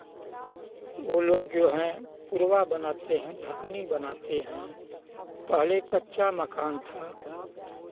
वो लोग जो हैं पुरवा बनाते हैं ढकनी बनाते हैं पहले कच्चा मकान था